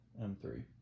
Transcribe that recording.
M3